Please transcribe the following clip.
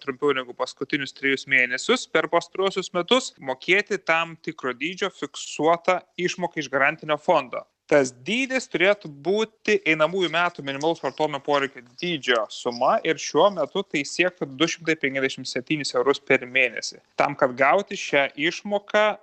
trumpiau negu paskutinius trejus mėnesius per pastaruosius metus mokėti tam tikro dydžio fiksuotą išmoką iš garantinio fondo tas dydis turėtų būti einamųjų metų minimalaus vartojimo poreikio dydžio suma ir šiuo metu tai siektų du šimtai penkiasdešimt septynis eurus per mėnesį tam kad gauti šią išmoką